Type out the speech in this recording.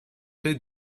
faits